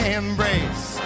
embrace